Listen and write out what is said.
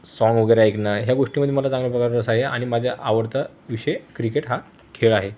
song वगेरे ऐकणं ह्या गोष्टीमध्ये मला चांगल्या प्रकारचा रस आहे आणि माझ्या आवडता विषय क्रिकेट हा खेळ आहे